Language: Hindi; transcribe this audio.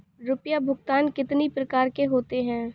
रुपया भुगतान कितनी प्रकार के होते हैं?